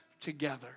together